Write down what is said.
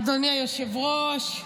אדוני היושב-ראש,